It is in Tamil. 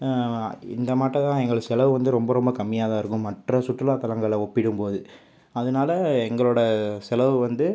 இந்த மாட்டை தான் எங்களுக்கு செலவு வந்து ரொம்ப ரொம்ப கம்மியாகதான் இருக்கும் மற்ற சுற்றுலாத்தலங்களை ஒப்பிடும்போது அதனால எங்களோடய செலவு வந்து